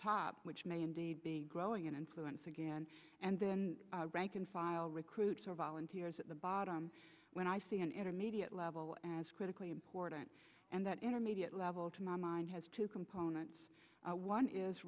top which may indeed be growing in influence again and then rank and file recruits or volunteers at the bottom when i see an intermediate level as critically important and that intermediate level to my mind has two components one is